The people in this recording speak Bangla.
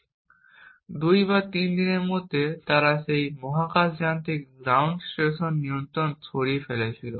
2 বা 3 দিনের মধ্যে তারা সেই মহাকাশযান থেকে গ্রাউন্ড স্টেশন নিয়ন্ত্রণ সরিয়ে ফেলেছিল